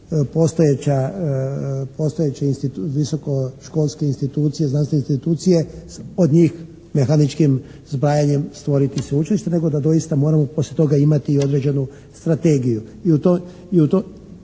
postojeće visokoškolske institucije, znanstvene institucije, od njih mehaničkim zbrajanjem stvoriti sveučilište nego da doista moramo poslije toga imati i određenu strategiju